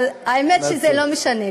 האמת שזה לא משנה לי.